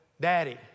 Daddy